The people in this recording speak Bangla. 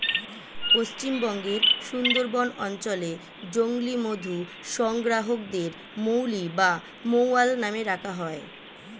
পশ্চিমবঙ্গের সুন্দরবন অঞ্চলে জংলী মধু সংগ্রাহকদের মৌলি বা মৌয়াল নামে ডাকা হয়